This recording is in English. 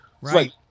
Right